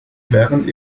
während